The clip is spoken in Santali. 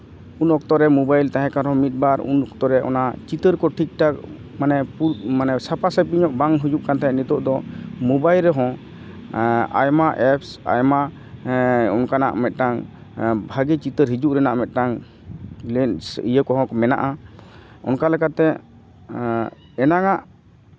ᱩᱱ ᱚᱠᱛᱚ ᱨᱮ ᱢᱳᱵᱟᱭᱤᱞ ᱛᱟᱦᱮᱸ ᱠᱟᱱ ᱨᱮᱦᱚᱸ ᱢᱤᱫ ᱵᱟᱨ ᱩᱱ ᱚᱠᱛᱚᱨᱮ ᱪᱤᱛᱟᱹᱨ ᱠᱚ ᱴᱷᱤᱠ ᱴᱷᱟᱠ ᱠᱷᱩᱵᱽ ᱢᱟᱱᱮ ᱥᱟᱯᱷᱟ ᱥᱟᱹᱯᱷᱤᱧᱚᱜ ᱵᱟᱝ ᱦᱩᱭᱩᱜ ᱠᱟᱱ ᱛᱟᱦᱮᱸᱫ ᱱᱤᱛᱚᱜ ᱫᱚ ᱢᱳᱵᱟᱭᱤᱞ ᱨᱮᱦᱚᱸ ᱟᱭᱢᱟ ᱮᱯᱥ ᱟᱭᱢᱟ ᱚᱱᱠᱟᱱᱟᱜ ᱢᱤᱫᱴᱟᱱ ᱵᱷᱟᱹᱜᱤ ᱪᱤᱛᱟᱹᱨ ᱦᱤᱡᱩᱜ ᱨᱮᱱᱟᱜ ᱢᱤᱫᱴᱟᱱ ᱞᱮᱱᱥ ᱤᱭᱟᱹ ᱠᱚᱦᱚᱸ ᱢᱮᱱᱟᱜᱼᱟ ᱚᱱᱠᱟ ᱞᱮᱠᱟᱛᱮ ᱮᱱᱟᱝ ᱟᱜ